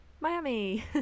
miami